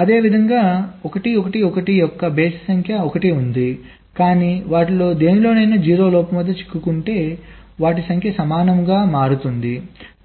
అదేవిధంగా 111 యొక్క బేసి సంఖ్య 1 ఉంది కానీ వాటిలో దేనిలోనైనా 0 లోపం వద్ద చిక్కుకుంటే వాటి సంఖ్య సమానంగా మారుతుంది